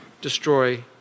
destroy